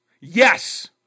Yes